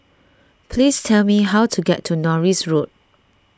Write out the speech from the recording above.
please tell me how to get to Norris Road